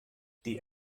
die